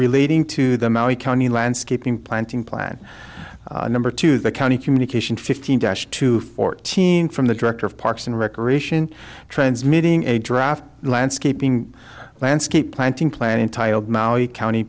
relating to the maui county landscaping planting plan number two the county communication fifteen dash to fourteen from the director of parks and recreation transmitting a draft landscaping landscape planting plan in tiled maui county